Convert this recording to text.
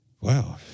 Wow